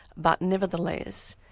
but nevertheless,